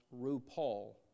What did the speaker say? RuPaul